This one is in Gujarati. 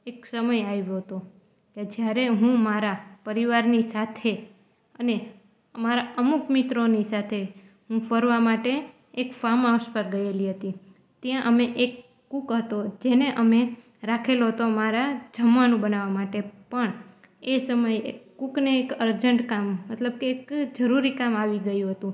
એક સમય આવ્યો હતો કે જ્યારે હું મારા પરિવારની સાથે અને અમારા અમુક મિત્રોની સાથે હું ફરવા માટે એક ફાર્મહાઉસ પર ગએલી હતી ત્યાં અમે એક કૂક હતો જેને અમે રાખેલો હતો અમારા જમવાનું બનાવવા માટે પણ એ સમયે એ કૂકને એક અર્જન્ટ કામ મતલબ કે એક જરૂરી કામ આવી ગયું હતું